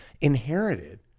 inherited